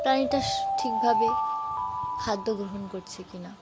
প্রাণীটা ঠিকভাবে খাদ্য গ্রহণ করছে কি না